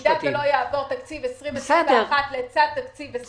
אם לא יעבור תקציב 2021 לצד תקציב 2020,